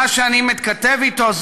מה שאני מתכתב אתו זה